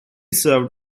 served